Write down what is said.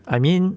I mean